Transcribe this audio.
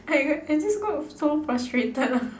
like I just got so frustrated lah